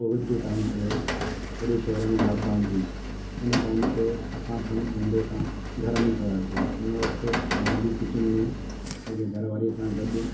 Covid जो time हुयो सॼे शहर में लॉकडाउन हुई हुन टाइम ते असां हुन धंधे खां घर में हुयासे हुन वक़्तु मां बि किचन में पंहिंजे घरु वारीअ सां गॾु